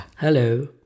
Hello